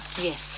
Yes